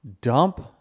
dump